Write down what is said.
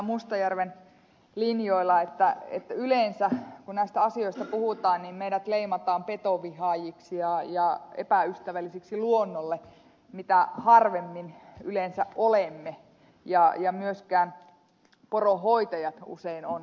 mustajärven linjoilla että yleensä kun näistä asioista puhutaan niin meidät leimataan petovihaajiksi ja epäystävällisiksi luonnolle mitä harvemmin yleensä olemme ja myöskään poronhoitajat ovat